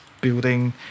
building